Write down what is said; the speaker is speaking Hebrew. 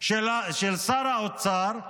שר האוצר,